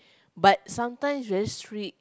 but sometimes very strict